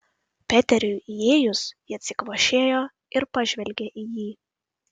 peteriui įėjus ji atsikvošėjo ir pažvelgė į jį